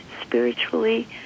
spiritually